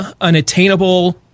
unattainable